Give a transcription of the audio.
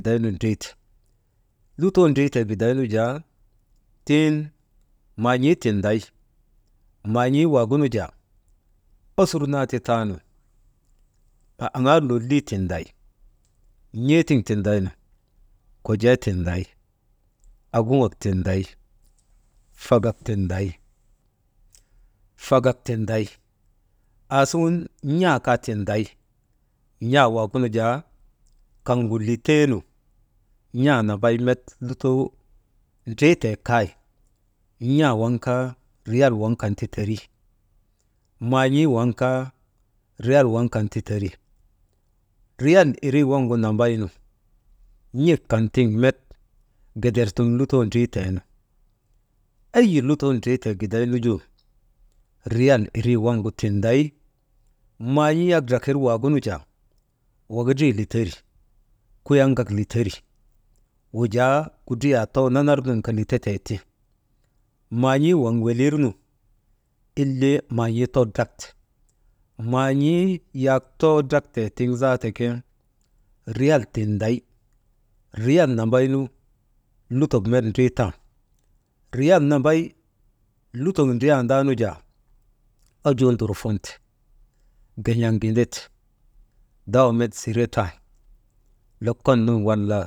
Gidaynu ndriite, lutoo ndritee gidaynu jaa tiŋ maan̰ii tinday, maan̰ii wagunu jaa osur naa ti taanu aŋaa lolii tinday, n̰ee tiŋdaynu kojee tinday, oguŋuŋak tinday, fagak tinday «hesitation», aasuŋun n̰aa kaa tinday n̰aa waagu nu jaa kaŋgu liteenu met n̰aa nambay dritee kay n̰aa waŋ kaa riyal waŋ kan ti teri man̰ii waŋ kaa riyal waŋ kan ti teri, riyal irii waŋgu nambay nu n̰ek kan tiŋ met geder sun lutoo dritee nu, eyi lutoo dritee giyay nu ju riyal irii waŋgu tinday man̰ii yak drakir waagunu jaa wakari literi kuyan kaa literi wujaa kudriyaa too nanarnun kaa lite tee ti, man̰ii waŋ welir nu ille man̰ii too drak te, maan̰ii yak too drak tee tiŋ zaata ke, riyal tinday, riyal nambaynu lutok met ndriitan, riyal nambay lutok met ndriyandaanu jaa, ojuu ndurfon te gen̰eŋ gindite, daw met ziratan lokon nun wala.